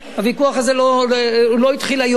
הוויכוח הזה לא התחיל היום,